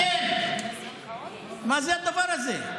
אתם, מה זה הדבר הזה?